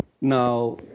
Now